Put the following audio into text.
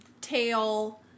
tail